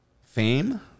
fame